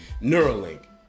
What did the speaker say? Neuralink